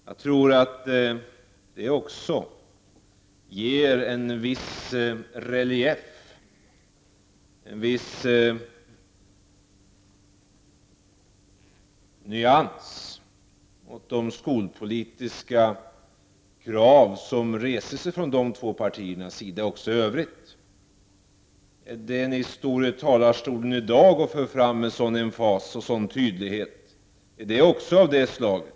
Jag tror att det också ger en viss relief, en viss nyans, åt de skolpolitiska krav som reses från dessa två partier också i övrigt. Det ni för fram med stor emfas och tydlighet från denna talarstol i dag, är också det av samma slag?